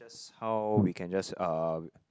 that's how we can just uh